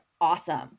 awesome